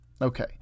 Okay